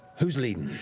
who's leading?